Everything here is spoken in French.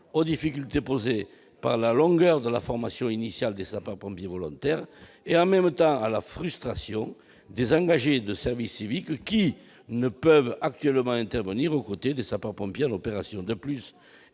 aux difficultés posées par la longueur de la formation initiale des sapeurs-pompiers volontaires et, en même temps, à la frustration des engagés de service civique, lesquels ne peuvent pas actuellement intervenir aux côtés des sapeurs-pompiers en opération. De plus,